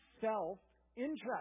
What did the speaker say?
self-interest